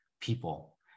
people